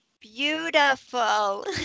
beautiful